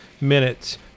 minutes